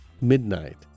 midnight